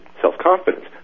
self-confidence